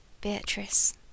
Beatrice